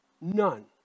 None